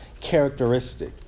characteristic